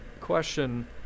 question